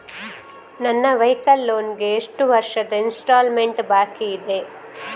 ನನ್ನ vehicle loan ಗೆ ಎಷ್ಟು ವರ್ಷದ ಇನ್ಸ್ಟಾಲ್ಮೆಂಟ್ ಬಾಕಿ ಇದೆ?